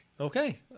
Okay